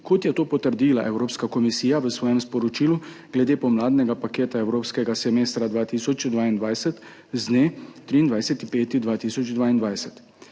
kot je to potrdila Evropska komisija v svojem sporočilu glede pomladnega paketa evropskega semestra 2022 z dne 23. 5. 2022.